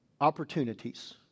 opportunities